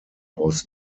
was